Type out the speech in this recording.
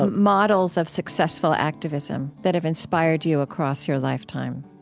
um models of successful activism that have inspired you across your lifetime.